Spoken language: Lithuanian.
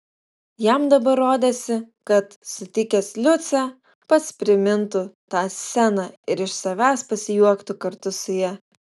jam dabar rodėsi kad sutikęs liucę pats primintų tą sceną ir iš savęs pasijuoktų kartu su ja